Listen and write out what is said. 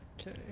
Okay